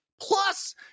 plus